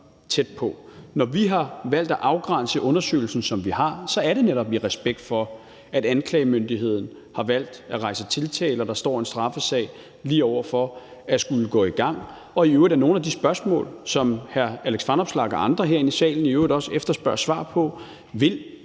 tæt på. Når vi har valgt at afgrænse undersøgelsen, som vi har, er det netop i respekt for, at anklagemyndigheden har valgt at rejse tiltale og en straffesag står over for at skulle gå i gang, og at nogle af de spørgsmål, som hr. Alex Vanopslagh og i øvrigt også andre herinde i salen efterspørger svar på, i